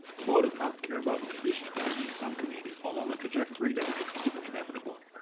the law does not care about the conditions that lead some communities along a trajectory that makes prison inevitable.